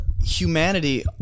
Humanity